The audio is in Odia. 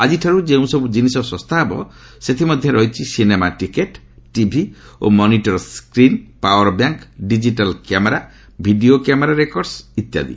ଆଜିଠାର୍ ଯେଉଁ ସବ୍ କିନିଷ ଶସ୍ତା ହେବ ସେଥିମଧ୍ୟରେ ରହିଛି ସିନେମା ଟିକେଟ ଟିଭି ଓ monitor screen power bank digital camera video camera record ଇତ୍ୟାଦି